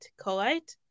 colite